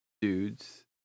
dudes